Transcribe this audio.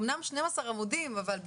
זה אמנם 12 עמודים אבל,